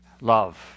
Love